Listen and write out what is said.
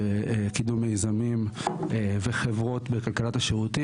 בקידום מיזמים וחברות בכלכלת השירותים.